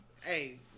Hey